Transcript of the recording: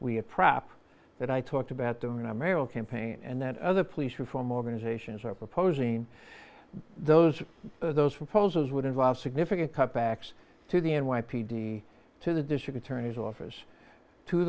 we a prop that i talked about doing i'm aerial campaign and that other police reform organizations are proposing those those from poses would involve significant cutbacks to the n y p d to the district attorney's office to